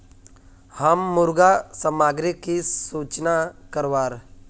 हम मुर्गा सामग्री की सूचना करवार?